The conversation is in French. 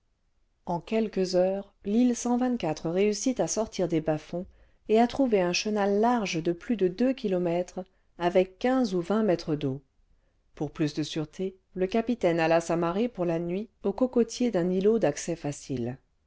en quelques heures l'île réussit à sortir des bas-fonds et à trouver un chenal large de plus de deux kilomètres avec quinze ou vingt mètres d'eau pour plus de sûreté le capitaine alla s'amarrer pour la nuit aux cocotiers d'un îlot d'accès facile